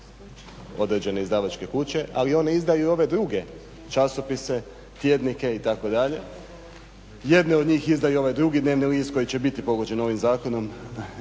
određene izdavačke kuće ali one izdaju i ove druge časopise, tjednike itd. Jedne od njih izdaju i ovaj drugi dnevni list koji će biti pogođen ovim zakonom